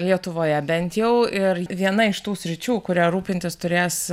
lietuvoje bent jau ir viena iš tų sričių kuria rūpintis turės